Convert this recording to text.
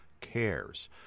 cares